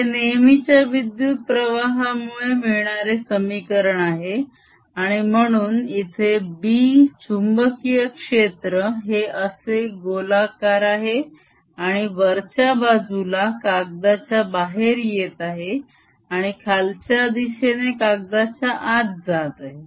हे नेहमीच्या विद्युत प्रवाहामुळे मिळणारे समीकरण आहे आणि म्हणून इथे B चुंबकीय क्षेत्र हे असे गोलाकार आहे आणि वरच्या बाजूला कागदाच्या बाहेर येत आहे आणि खालच्या दिशेने कागदाच्या आत जात आहे